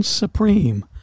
Supreme